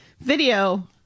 video